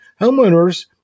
Homeowners